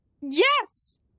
Yes